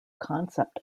concept